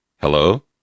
hello